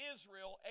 Israel